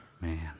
Man